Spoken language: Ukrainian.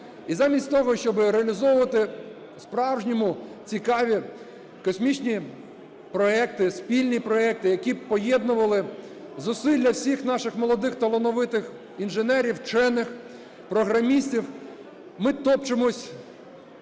І замість того, щоби реалізовувати по-справжньому цікаві космічні проекти, спільні проекти, які б поєднували зусилля всіх наших молодих талановитих інженерів, вчених, програмістів, ми топчемось